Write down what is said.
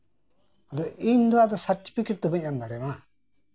ᱟᱫᱚ ᱤᱧ ᱫᱚ ᱟᱫᱚ ᱥᱟᱨᱴᱤᱯᱷᱤᱠᱮᱴ ᱛᱚ ᱵᱟᱹᱧ ᱮᱢ ᱫᱟᱲᱮ ᱟᱢᱟ